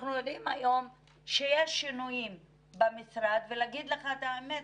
אנחנו יודעים היום שיש שינויים במשרד ולהגיד לך את האמת,